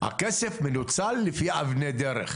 הכסף מנוצל לפי אבני הדרך.